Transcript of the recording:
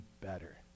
better